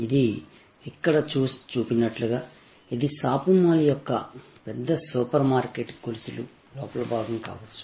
ఇది ఇక్కడ చూపినట్లుగా ఇది షాపింగ్ మాల్ లేదా పెద్ద సూపర్ మార్కెట్ గొలుసు లోపలి భాగం కావచ్చు